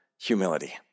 humility